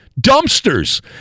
dumpsters